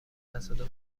تصادف